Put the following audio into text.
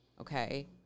okay